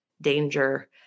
danger